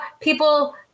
people